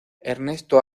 ernesto